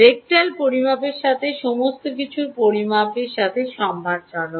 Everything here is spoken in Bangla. রেকটাল পরিমাপের সাথে সমস্ত কিছু পরিমাপের সাথে সম্মানজনক